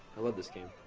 i love this game.